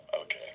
okay